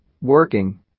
Working